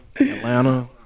Atlanta